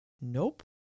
Nope